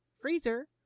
freezer